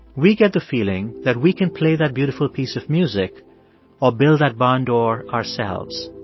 we get the feeling that we can play that beautiful piece of music or build that barn door ourselves.